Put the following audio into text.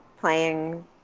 playing